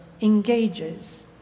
engages